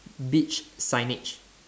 beach signage